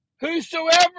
Whosoever